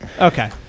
Okay